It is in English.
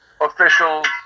Officials